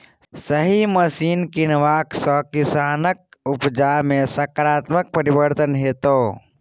सही मशीन कीनबाक सँ किसानक उपजा मे सकारात्मक परिवर्तन हेतै